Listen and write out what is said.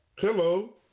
Hello